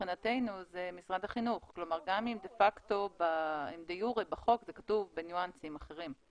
מבחינתנו זה משרד החינוך גם אם דה יורה בחוק זה כתוב בניואנסים אחרים.